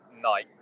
night